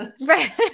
Right